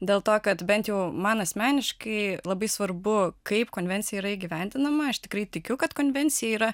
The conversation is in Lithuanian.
dėl to kad bent jau man asmeniškai labai svarbu kaip konvencija yra įgyvendinama aš tikrai tikiu kad konvencija yra